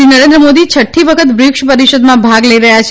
શ્રી નરેન્દ્ર મોદી છઠી વખત બ્રિકસ પરિષદમાં ભાગ લઇ રહ્યા છે